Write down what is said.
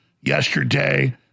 yesterday